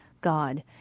God